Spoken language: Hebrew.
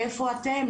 איפה אתן,